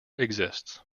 exists